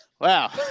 Wow